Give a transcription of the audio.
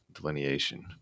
delineation